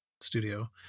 studio